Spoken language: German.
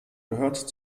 gehört